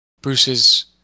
Bruce's